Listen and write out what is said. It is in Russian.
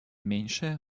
меньшее